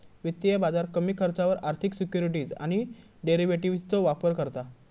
वित्तीय बाजार कमी खर्चावर आर्थिक सिक्युरिटीज आणि डेरिव्हेटिवजचो व्यापार करता